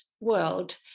world